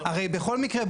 הרי בכל מקרה,